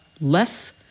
less